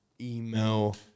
Email